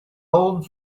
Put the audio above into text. old